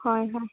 ꯍꯣꯏ ꯍꯣꯏ